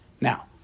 Now